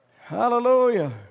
Hallelujah